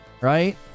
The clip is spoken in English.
right